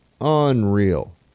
Unreal